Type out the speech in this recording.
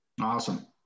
awesome